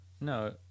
No